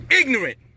Ignorant